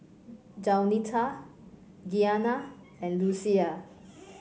Jaunita Gianna and Lucia